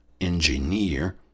engineer